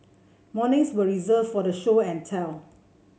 mornings were reserved for show and tell